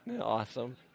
Awesome